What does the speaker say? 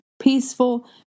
peaceful